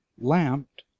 lamped